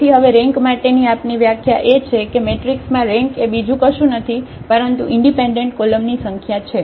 તેથી હવે રેન્ક માટેની આપની વ્યાખ્યા એ છે કે મેટ્રિક્સમાં રેન્ક એ બીજું કશું નથી પરંતુ ઇન્ડિપેન્ડન્ટ કોલમની સંખ્યા છે